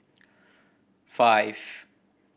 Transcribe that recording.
five